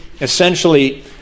essentially